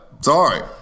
Sorry